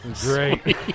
Great